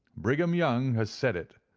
brigham young has said it,